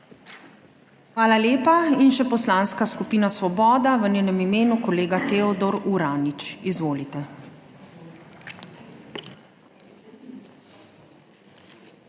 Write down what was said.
Hvala lepa. In še Poslanska skupina Svoboda, v njenem imenu kolega Teodor Uranič. Izvolite.